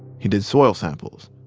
he did soil samples.